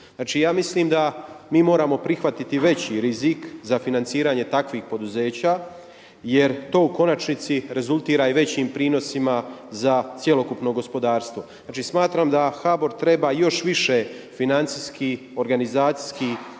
Ja mislim da mi moramo prihvatiti veći rizik za financiranje takvih poduzeća jer to u konačnici rezultira i većim prinosima za cjelokupno gospodarstvo. Znači smatram da HBOR treba još više financijski, organizacijski